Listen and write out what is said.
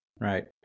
Right